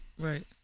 Right